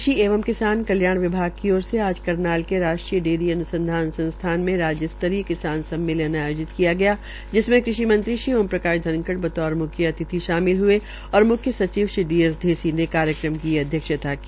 कृषि एवं किसान कल्याण विभाग की ओर से आज करनाल में राष्ट्रीय डेयरी अन्संधान में राज्य स्तरीय सम्मेलन आयोजित किया गया जिसमें कृषि मंत्री श्री ओ पी धनखड़ बतौर म्ख्य अतिथि शामिल हये और म्ख्य सचिव डी एस ढेसी ने कार्यक्रम की अध्यक्षता की